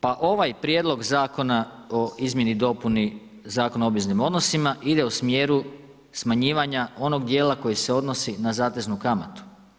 Pa ovaj Prijedlog zakona o Izmjeni i dopuni Zakona o obveznim odnosima ide u smjeru smanjivanja onog dijela koji se odnosi na zateznu kamatu.